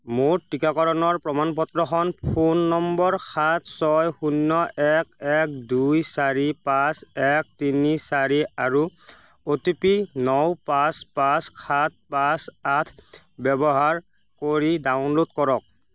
মোৰ টিকাকৰণৰ প্ৰমাণ পত্ৰখন ফোন নম্বৰ সাত ছয় শূণ্য এক এক দুই চাৰি পাঁচ এক তিনি চাৰি আৰু অ' টি পি ন পাঁচ পাঁচ সাত পাঁচ আঠ ব্যৱহাৰ কৰি ডাউনলোড কৰক